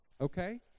okay